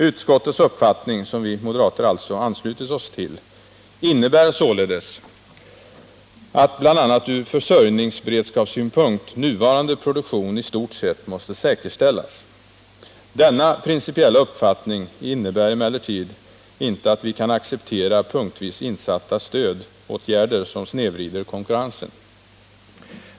Utskottets uppfattning — som vi moderater alltså anslutit oss till — innebär således att bl.a. ur försörjningsberedskapssynpunkt nuvarande produktion i stort sett måste säkerställas. Denna principiella uppfattning innebär emeltertid icke att vi kan acceptera punktvis insatta stödåtgärder som snedvrider konkurrensen.